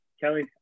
Kelly